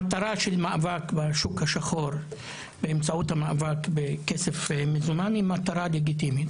המטרה של מאבק בשוק השחור באמצעות המאבק בכסף מזומן היא מטרה לגיטימית,